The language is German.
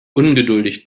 ungeduldig